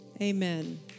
Amen